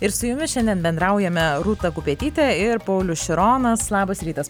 ir su jumis šiandien bendraujame rūta kupetytė ir paulius šironas labas rytas